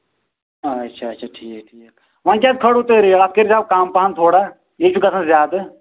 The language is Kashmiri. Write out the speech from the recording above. آ اچھا اچھا ٹھیٖک ٹھیٖک وۄنۍ کیٛازِ کھٲلوٕ تۄہہِ ریٹ اَتھ کٔرۍزِہَو کَم پَہم تھوڑا یے چھُ گژھان زیادٕ